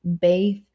bathe